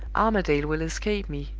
armadale will escape me,